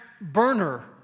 burner